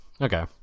okay